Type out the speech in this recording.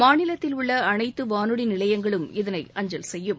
மாநிலத்தில் உள்ள அனைத்து வானொலி நிலையங்களும் இதனை அஞ்சல் செய்யும்